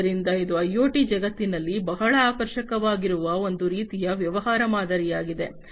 ಆದ್ದರಿಂದ ಇದು ಐಒಟಿ ಜಗತ್ತಿನಲ್ಲಿ ಬಹಳ ಆಕರ್ಷಕವಾಗಿರುವ ಒಂದು ರೀತಿಯ ವ್ಯವಹಾರ ಮಾದರಿಯಾಗಿದೆ